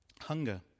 Hunger